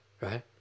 right